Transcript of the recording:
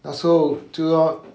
那时候就要